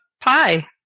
pie